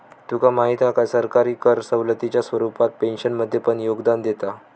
तुका माहीत हा काय, सरकारही कर सवलतीच्या स्वरूपात पेन्शनमध्ये पण योगदान देता